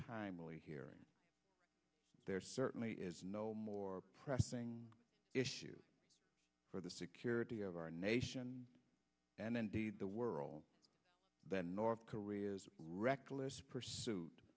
timely hearing there certainly is no more pressing issue for the security of our nation and indeed the world than north korea's reckless pursuit